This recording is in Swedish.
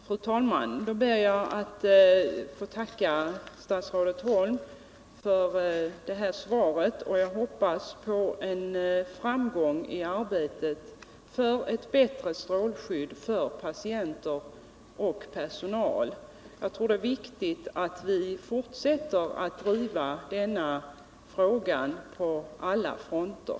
Fru talman! Jag ber att få tacka statsrådet Holm för det svaret. Jag hoppas på framgång i arbetet för ett bättre strålskydd för patienter och personal. Jag tror att det är viktigt att vi fortsätter att driva denna fråga på alla fronter.